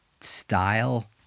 style